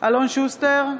אלון שוסטר,